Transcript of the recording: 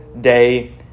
day